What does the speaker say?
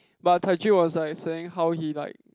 but Tai-Jun was like saying how he like